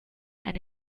eine